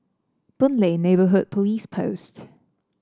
Boon Lay Neighbourhood Police Post